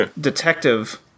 detective